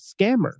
scammer